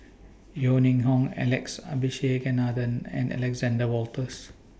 Yeo Ning Hong Alex Abisheganaden and Alexander Wolters